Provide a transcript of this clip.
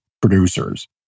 producers